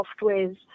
softwares